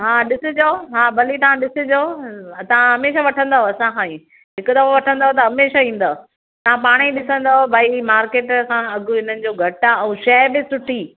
हा ॾिसिजो हा भली तव्हां ॾिसिजो तव्हां हमेशा वठंदव असां खां ई हिकु दफ़ो वठंदव त हमेशा ईंदव तव्हां पाण ई ॾिसंदव भई मार्केट खां अघु हिननि जो घटि आहे अऊं शइ बि सुठी